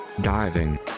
diving